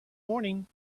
morning